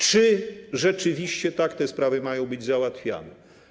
Czy rzeczywiście tak te sprawy mają być załatwiane?